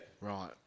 right